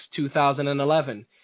2011